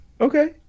Okay